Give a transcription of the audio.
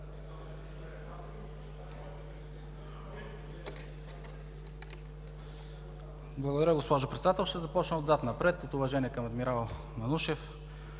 Благодаря, госпожо Председател. Ще започна отзад напред от уважение към Адмирал Манушев.